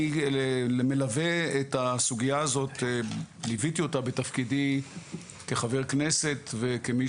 אני מלווה את הסוגייה הזאת וליוויתי אותה בתפקידי כחבר כנסת וכמי